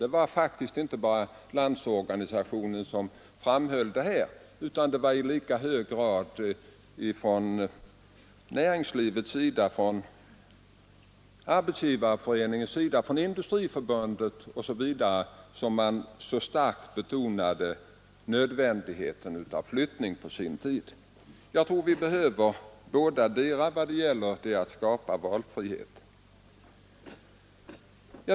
Det var faktiskt inte bara Landsorganisationen som framhöll detta, utan det var i lika hög grad näringslivets organisationer — bl.a. Arbetsgivareföreningen och Industriförbundet — som starkt betonade nödvändigheten av flyttning. Jag tror, herr talman, att vi behöver båda de inslag som det här gäller — både nya arbetstillfällen och rörlighetsfrämjande åtgärder — för att skapa valfrihet.